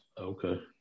Okay